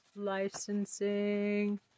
Licensing